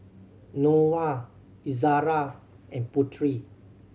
Noah Izara and Putri